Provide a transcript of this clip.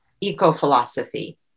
eco-philosophy